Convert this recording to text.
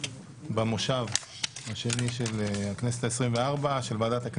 ועדת הכנסת במושב השני של הכנסת ה-24.